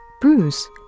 Bruce